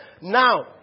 Now